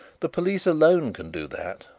the police alone can do that.